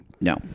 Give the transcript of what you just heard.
No